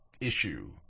issue